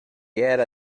era